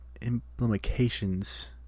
Implications